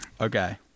Okay